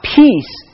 peace